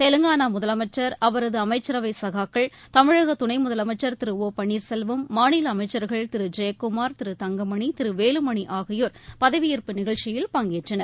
தெலங்கானா முதலமைச்சர் அவரது அமைச்சரவை சகாக்கள் தமிழக துணை முதலமைச்சர் திரு ஒ பள்ளீர்செல்வம் மாநில அமைச்சர்கள் திரு ஜெயக்குமார் திரு தங்கமணி திரு வேலுமணி ஆகியோர் பதவியேற்பு நிகழ்ச்சியில் பங்கேற்றனர்